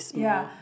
ya